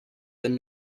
and